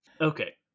Okay